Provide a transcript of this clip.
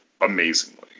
amazingly